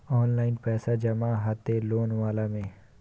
Online पैसा जमा हते लोन वाला में?